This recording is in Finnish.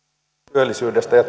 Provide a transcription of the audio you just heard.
työllisyydestä ja